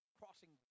crossing